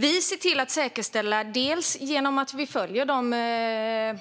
Vi ser till att säkerställa detta genom att vi följer de